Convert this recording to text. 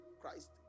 Christ